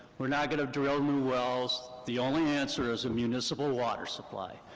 we're not going to drill new wells. the only answer is a municipal water supply.